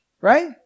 Right